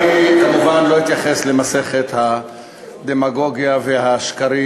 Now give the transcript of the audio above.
אני כמובן לא אתייחס למסכת הדמגוגיה ולשקרים